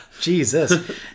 Jesus